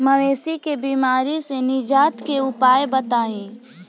मवेशी के बिमारी से निजात के उपाय बताई?